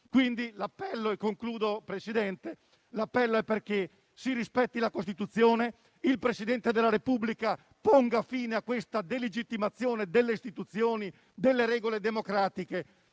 Presidente, è che si rispetti la Costituzione, che il Presidente della Repubblica ponga fine alla delegittimazione delle Istituzioni e delle regole democratiche